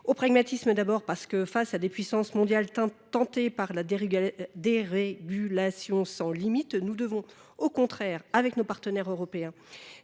Au pragmatisme d'abord parce que face à des puissances mondiales tentées par la dérégulation sans limite, nous devons au contraire, avec nos partenaires européens,